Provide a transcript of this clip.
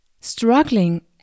struggling